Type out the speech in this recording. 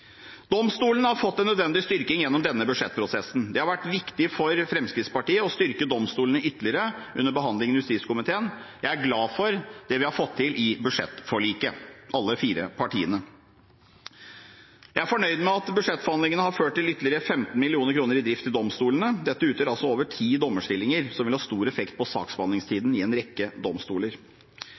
Domstolene har fått den nødvendige styrking gjennom denne budsjettprosessen. Det har vært viktig for Fremskrittspartiet å styrke domstolene ytterligere under behandlingen i justiskomiteen. Jeg er glad for det vi har fått til i budsjettforliket – alle fire partiene. Jeg er fornøyd med at budsjettforhandlingene har ført til ytterligere 15 mill. kr til drift i domstolene. Dette utgjør over ti dommerstillinger, som vil ha stor effekt på saksbehandlingstiden ved en rekke domstoler.